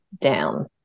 down